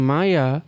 Maya